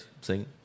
sing